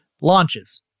launches